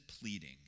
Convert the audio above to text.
pleading